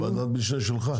בוועדת המשנה שלך?